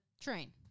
train